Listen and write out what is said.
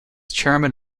chairman